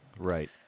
Right